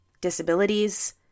disabilities